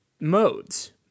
modes